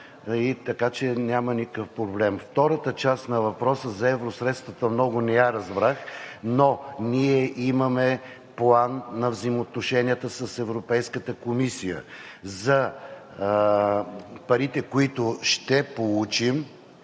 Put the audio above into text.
Така че няма никакъв проблем. Втората част на въпроса за евросредствата много не я разбрах, но ние имаме план на взаимоотношенията с Европейската комисия за парите, които ще получим,